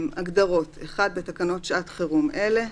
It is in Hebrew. הגדרות 1. בתקנות שעת חירום אלה,